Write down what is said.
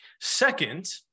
Second